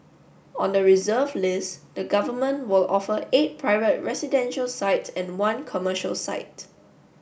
on the reserve list the government will offer eight private residential sites and one commercial site